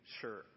sure